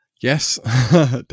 yes